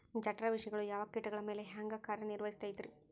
ಜಠರ ವಿಷಗಳು ಯಾವ ಕೇಟಗಳ ಮ್ಯಾಲೆ ಹ್ಯಾಂಗ ಕಾರ್ಯ ನಿರ್ವಹಿಸತೈತ್ರಿ?